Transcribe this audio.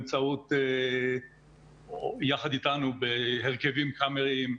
יחד אתנו הרכבים קאמריים,